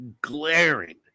glaring